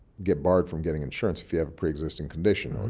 get barred from getting insurance if you have a pre-existing condition,